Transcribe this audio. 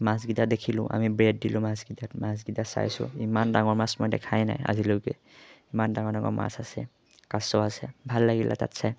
মাছকেইটা দেখিলোঁ আমি ব্ৰেড দিলোঁ মাছকেইটাক মাছকেইটা চাইছোঁ ইমান ডাঙৰ মাছ মই দেখাই নাই আজিলৈকে ইমান ডাঙৰ ডাঙৰ মাছ আছে কাছ আছে ভাল লাগিলে তাত চাই